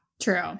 true